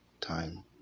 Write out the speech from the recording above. time